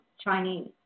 Chinese